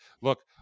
Look